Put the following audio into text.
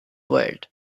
world